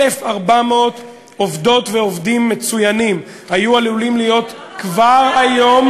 1,400 עובדות ועובדים מצוינים היו עלולים להיות כבר היום,